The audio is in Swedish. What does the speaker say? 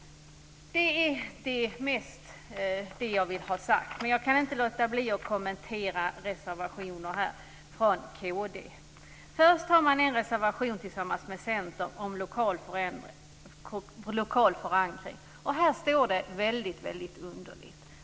Det är mest det jag vill ha sagt, men jag kan inte låta bli att kommentera några reservationer från kd. Först har man en reservation tillsammans med Centern om lokal förankring. Här står det väldigt underligt.